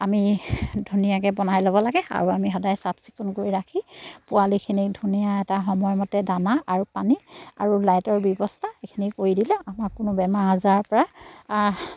আমি ধুনীয়াকৈ বনাই ল'ব লাগে আৰু আমি সদায় চাফ চিকুণ কৰি ৰাখি পোৱালিখিনি ধুনীয়া এটা সময় মতে দানা আৰু পানী আৰু লাইটৰ ব্যৱস্থা এইখিনি কৰি দিলে আমাৰ কোনো বেমাৰ আজাৰৰপৰা